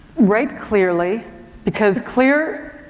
write clearly because clear,